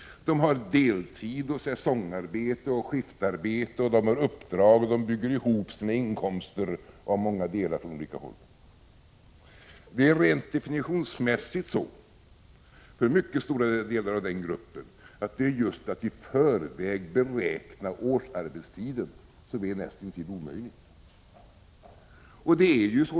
De har deltid, säsongsarbete och skiftarbete, de har uppdrag och de bygger ihop sina inkomster av många delar från olika håll. Rent definitionsmässigt är det för mycket stora delar av den gruppen så, att det är just att i förväg beräkna årsarbetstiden som är näst intill omöjligt.